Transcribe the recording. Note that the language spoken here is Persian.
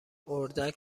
اردک